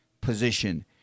position